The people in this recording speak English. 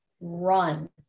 run